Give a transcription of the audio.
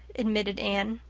admitted anne.